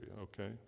Okay